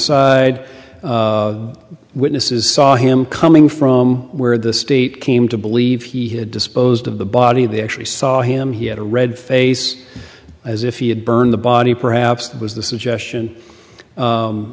side witnesses saw him coming from where the state came to believe he had disposed of the body they actually saw him he had a red face as if he had burned the body perhaps that was th